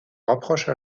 rapproche